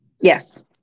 Yes